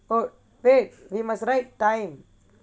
oh wait we must write time